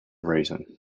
reason